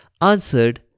answered